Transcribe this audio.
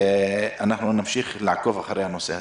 ואנחנו נמשיך לעקוב אחרי הנושא הזה.